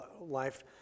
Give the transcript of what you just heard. life